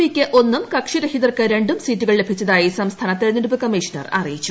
പിക്ക് ഒന്നും കക്ഷിരഹിതർക്ക് രണ്ടും സീറ്റുകൾ ലഭിച്ചതായി സംസ്ഥാന്റു തിരഞ്ഞെടുപ്പ് കമ്മീഷണർ അറിയിച്ചു